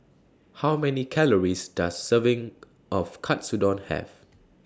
How Many Calories Does Serving of Katsudon Have